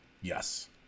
Yes